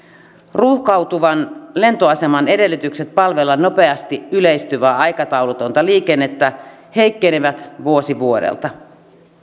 ruuhkautuvan lentoaseman edellytykset palvella nopeasti yleistyvää aikataulutonta liikennettä heikkenevät vuosi vuodelta